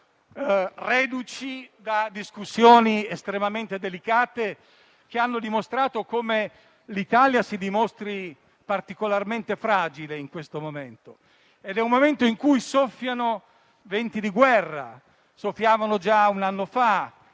reduci da discussioni estremamente delicate, che hanno dimostrato come l'Italia si riveli particolarmente fragile in questo momento. È un momento in cui soffiano venti di guerra, che soffiavano già un anno fa.